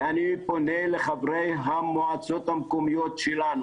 ואני פונה לחברי המועצות המקומיות שלנו